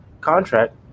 contract